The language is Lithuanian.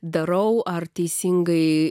darau ar teisingai